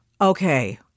okay